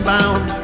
Bound